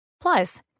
Plus